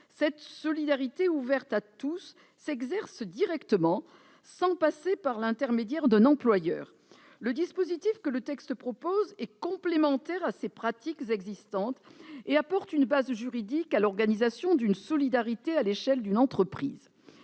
Cette solidarité, ouverte à tous, s'exerce directement, sans passer par l'intermédiaire d'un employeur. Le dispositif que le texte vise à mettre en place est complémentaire à ces pratiques existantes et apporte une base juridique à l'organisation d'une solidarité à l'échelle d'une entreprise.